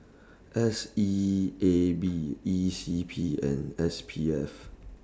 S E A B E C P and S P F